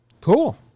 cool